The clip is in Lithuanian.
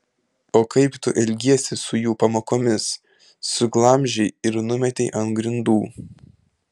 o kaip tu elgiesi su jų pamokomis suglamžei ir numetei ant grindų